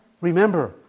Remember